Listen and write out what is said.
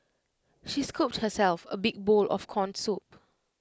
she scooped herself A big bowl of Corn Soup